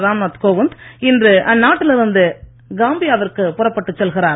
ராம்நாத் கோவிந்த் இன்று அந்நாட்டில் இருந்து காம்பியா விற்குப் புறப்பட்டுச் செல்கிறார்